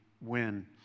win